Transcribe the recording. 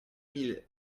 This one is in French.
mille